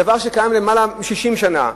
דבר שקיים למעלה מ-60 שנה,